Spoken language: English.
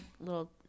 little